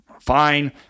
fine